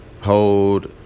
hold